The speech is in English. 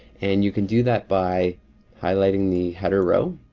and you can do that by highlighting the header row.